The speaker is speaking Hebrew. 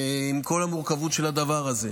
עם כל המורכבות של הדבר הזה,